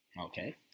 Okay